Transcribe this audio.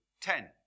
Ten